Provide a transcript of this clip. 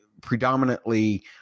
predominantly